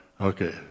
Okay